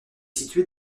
située